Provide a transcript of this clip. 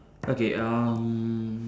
okay um